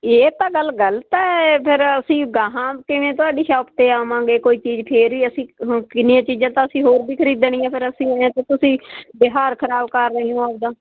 ਇਹ ਤਾਂ ਗੱਲ ਗਲਤ ਫਿਰ ਅਸੀਂ ਗਾਹਾਂ ਕਿਵੇਂ ਤੁਹਾਡੀ ਸ਼ੌਪ ਤੇ ਆਵਾਂਗੇ ਕੋਈ ਚੀਜ਼ ਫਿਰ ਹੀ ਅਸੀਂ ਕਿੰਨੀਆਂ ਚੀਜ਼ਾਂ ਤਾਂ ਅਸੀਂ ਹੋਰ ਵੀ ਖਰੀਦਣੀਆਂ ਫਿਰ ਅਸੀਂ ਤੁਸੀਂ ਬਿਹਾਰ ਖਰਾਬ ਕਰ ਰਹੇ ਹੋ ਆਪਦਾ